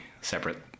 separate